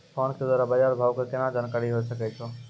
Phone के द्वारा बाज़ार भाव के केना जानकारी होय सकै छौ?